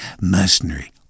Mercenary